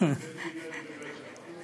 ובית שמאי.